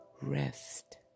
rest